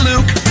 Luke